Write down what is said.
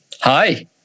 Hi